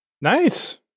Nice